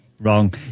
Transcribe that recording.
Wrong